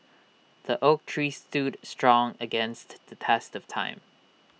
the oak tree stood strong against the test of time